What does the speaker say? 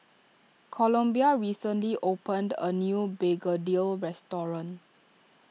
Columbia recently opened a new Begedil restaurant